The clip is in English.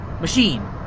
Machine